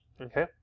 okay